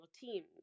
teams